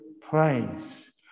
praise